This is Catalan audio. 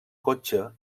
cotxe